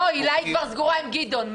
לא, הילה כבר סגורה עם גדעון.